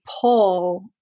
pull